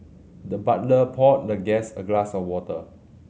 the butler poured the guest a glass of water